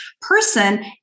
person